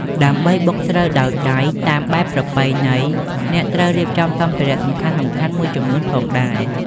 ដើម្បីបុកស្រូវដោយដៃតាមបែបប្រពៃណី អ្នកត្រូវរៀបចំសម្ភារៈសំខាន់ៗមួយចំនួនផងដែរ។